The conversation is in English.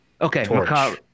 okay